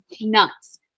nuts